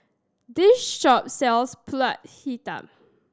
this shop sells Pulut Hitam